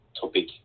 topic